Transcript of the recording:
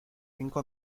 cinco